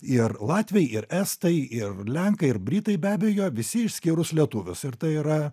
ir latviai ir estai ir lenkai ir britai be abejo visi išskyrus lietuvius ir tai yra